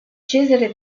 cesare